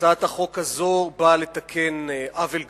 הצעת חוק זו באה לתקן עוול גדול,